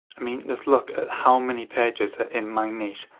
i mean just look at how many pages are in my niche,